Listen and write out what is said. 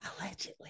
Allegedly